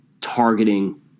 targeting